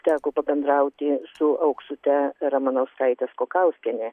teko pabendrauti su auksute ramanauskaite skokauskiene